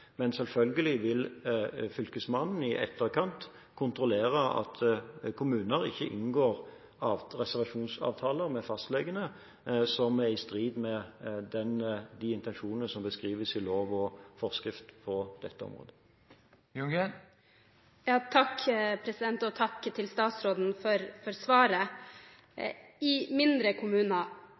Men selvfølgelig vil fylkesmannen i etterkant kontrollere at kommuner ikke inngår reservasjonsavtaler med fastlegene som er i strid med de intensjonene som beskrives i lov og forskrift på dette området. Takk til statsråden for svaret. La oss ta et eksempel: Lurøy kommune – som er en mindre